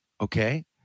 okay